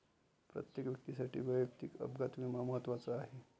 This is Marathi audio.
प्रत्येक व्यक्तीसाठी वैयक्तिक अपघात विमा महत्त्वाचा आहे